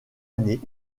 année